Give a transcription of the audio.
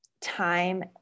time